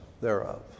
thereof